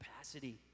capacity